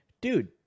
dude